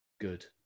Good